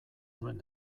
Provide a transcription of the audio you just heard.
nuen